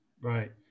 Right